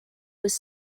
was